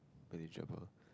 manageable